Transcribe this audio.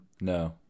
No